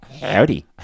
howdy